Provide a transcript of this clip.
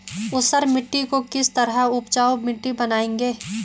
ऊसर मिट्टी को किस तरह उपजाऊ मिट्टी बनाएंगे?